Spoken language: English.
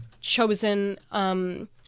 chosen